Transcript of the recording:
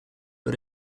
but